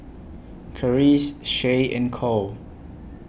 Charisse Shay and Kole